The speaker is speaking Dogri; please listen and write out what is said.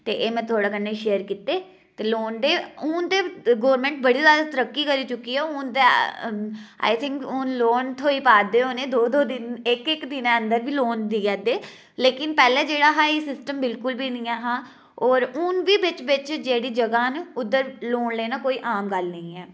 ते एह् में थुहाड़े कन्नै शेयर कीते ते लोन दे हून ते गौरमेंट बड़ी जादा तरक्की करी चुक्की दी ऐ हू'न ते आई थिंक हू'न ते लोन थ्होई पा दे होने हू'न इक इक दिन च बी लोन देआ दे लेकिन पैह्लें जेह्ड़ा हा सिस्टम एह् बिलकुल निं हा होर हू'न बी बिच बिच जेह्ड़ी जगह न उद्धर लोन लैना कोई आम गल्ल निं ऐ